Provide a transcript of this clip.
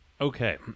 okay